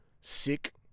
sick